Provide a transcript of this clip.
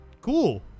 cool